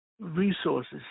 resources